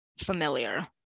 familiar